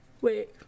Wait